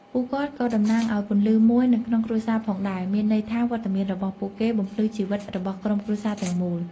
ពួកគាត់ក៏៏តំណាងឱ្យពន្លឺមួយនៅក្នុងគ្រួសារផងដែរ មានន័យថាវត្តមានរបស់ពួកគេបំភ្លឺជីវិតរបស់ក្រុមគ្រួសារទាំងមូល។